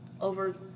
over